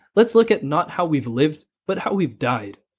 let's look at not how we've lived, but how we've died.